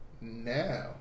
now